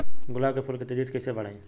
गुलाब के फूल के तेजी से कइसे बढ़ाई?